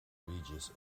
regis